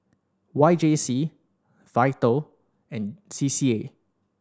Y J C Vital and C C A